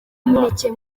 imineke